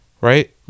Right